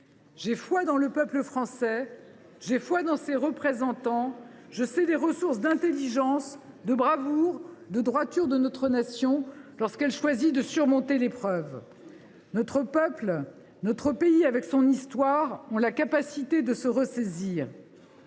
J’ai foi dans le peuple français. J’ai foi dans ses représentants. Je sais les ressources d’intelligence, de bravoure, de droiture de notre nation lorsqu’elle choisit de surmonter l’épreuve. Notre peuple, notre pays, avec son histoire, a la capacité de se ressaisir.